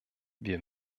wir